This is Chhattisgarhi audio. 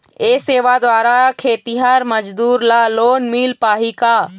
ये सेवा द्वारा खेतीहर मजदूर ला लोन मिल पाही का?